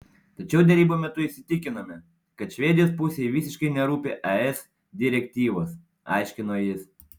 tačiau derybų metu įsitikinome kad švedijos pusei visiškai nerūpi es direktyvos aiškino jis